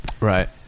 Right